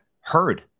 heard